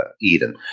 eden